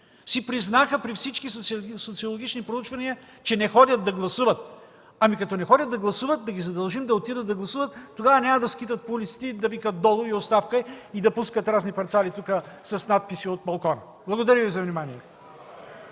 си признаха пред всички социологични проучвания, че не ходят да гласуват. Като не ходят да гласуват, да ги задължим да гласуват, тогава няма да скитат по улиците и да викат: „Долу!” и „Оставка!” и да пускат разни парцали с надписи тук, от балкона. Благодаря Ви за вниманието.